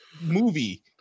movie